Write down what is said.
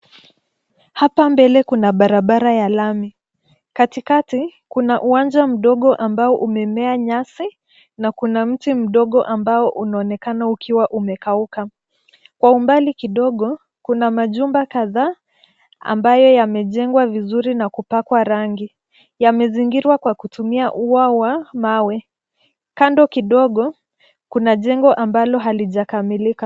Hapa mbele kuna barabara ya lami. Katikati, kuna uwanja mdogo ambao umemea nyasi na kuna mti mdogo ambao unonekana ukiwa umekauka. Kwa umbali kidogo, kuna majumba kadhaa ambayo yamejengwa vizuri na kupakwa rangi. Yamezingirwa kwa kutumia ua wa mawe. Kando kidogo, kuna jengo ambalo halijakamilika.